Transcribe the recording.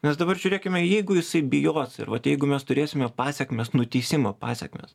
nes dabar žiūrėkime jeigu jisai bijos ir vat jeigu mes turėsime pasekmes nuteisimo pasekmes